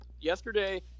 yesterday